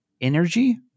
Energy